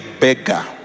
beggar